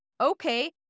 okay